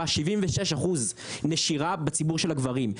76% נשירה בציבור של הגברים.